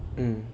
mm